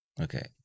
okay